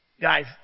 Guys